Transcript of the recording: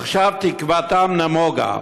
עכשיו תקוותם נמוגה.